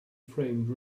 framed